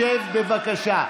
אני רוצה להגיב.